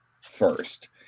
first